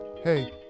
Hey